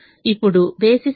ఇప్పుడు బేసిస్ అంటే ఏమిటి